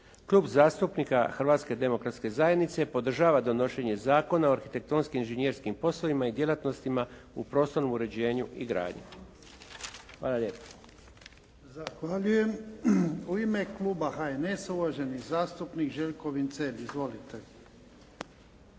Klub zastupnika Hrvatske demokratske zajednice podržava donošenje Zakona o arhitektonskim inženjerskim poslovima i djelatnostima u prostornom uređenju i gradnji. Hvala lijepo. **Jarnjak, Ivan (HDZ)** Zahvaljujem. U ime kluba HNS-a, uvaženi zastupnik Željko Vincelj. Izvolite.